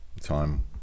Time